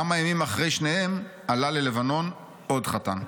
כמה ימים אחרי שניהם, עלה ללבנון עוד חתן.